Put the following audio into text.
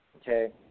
okay